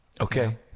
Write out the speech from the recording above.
Okay